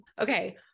Okay